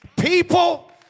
People